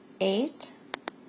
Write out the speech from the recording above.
Eight